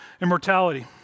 immortality